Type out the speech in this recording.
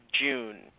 June